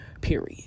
period